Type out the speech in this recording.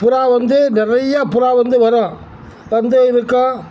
புறா வந்து நிறைய புறா வந்து வரும் வந்து இருக்கும்